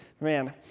Man